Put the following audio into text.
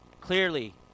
Clearly